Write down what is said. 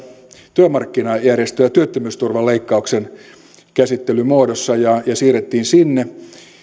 työmarkkinajärjestöjä työttömyysturvan leikkauksen käsittelyn muodossa ja siirrettiin sinne